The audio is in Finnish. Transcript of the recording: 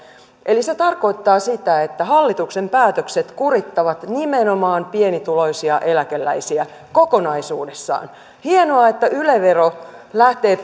eli se tarkoittaa sitä että hallituksen päätökset kurittavat nimenomaan pienituloisia eläkeläisiä kokonaisuudessaan hienoa että yle vero lähtee